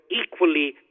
equally